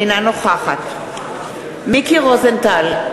אינה נוכחת מיקי רוזנטל,